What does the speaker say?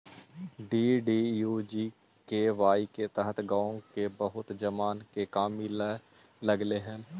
DDUGKY के तहत गाँव के बहुत जवान के काम मिले लगले हई